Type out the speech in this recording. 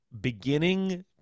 beginning